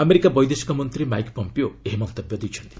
America ବୈଦେଶିକ ମନ୍ତ୍ରୀ Mike Pompeo ଏହି ମନ୍ତବ୍ୟ ଦେଇଛନ୍ତି